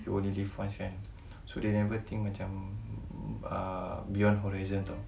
you only live once kan so they never think macam ah beyond horizon [tau]